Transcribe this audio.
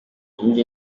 nkingi